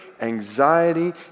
anxiety